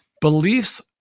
Beliefs